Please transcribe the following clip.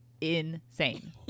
insane